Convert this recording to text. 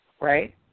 Right